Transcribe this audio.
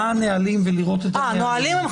למשל, מה הנהלים ולראות את הנהלים.